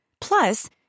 Plus